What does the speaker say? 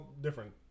different